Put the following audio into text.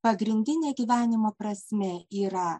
pagrindinė gyvenimo prasmė yra